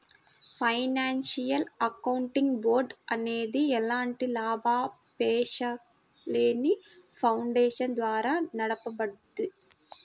financial accounting board అనేది ఎలాంటి లాభాపేక్షలేని ఫౌండేషన్ ద్వారా నడపబడుద్ది